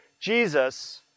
Jesus